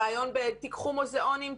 הרעיון של תיקחו מוזיאונים,